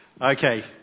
Okay